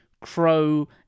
crow